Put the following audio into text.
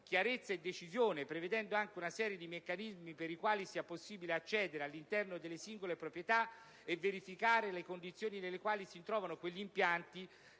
chiarezza e decisione, prevedendo una serie di meccanismi per i quali sia possibile accedere all'interno delle singole proprietà e verificare le condizioni nelle quali si trovano quegli impianti